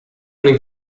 nel